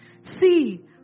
See